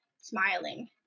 smiling